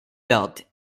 built